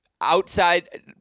Outside